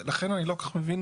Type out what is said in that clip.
לכן אני לא כל כך מבין.